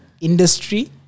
industry